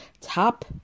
top